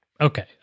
Okay